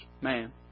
man